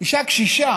אישה קשישה